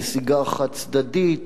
נסיגה חד-צדדית,